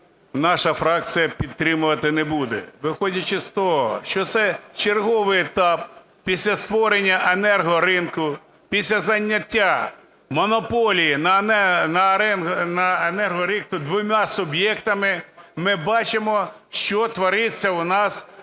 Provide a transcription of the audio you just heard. наша фракція підтримувати не буде. Виходячи з того, що це черговий етап після створення енергоринку, після зайняття монополії на енергоринку двома суб'єктами, ми бачимо, що твориться у нас